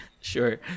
Sure